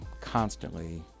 constantly